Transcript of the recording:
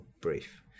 brief